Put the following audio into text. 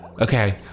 Okay